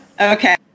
Okay